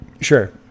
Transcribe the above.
sure